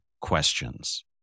questions